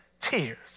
tears